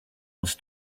was